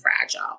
fragile